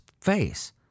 face